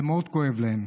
זה מאוד כואב להם.